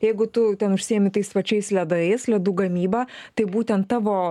jeigu tu ten užsiemi tais pačiais ledais ledų gamyba tai būtent tavo